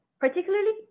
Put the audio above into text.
particularly